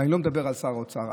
ואני לא מדבר על שר האוצר,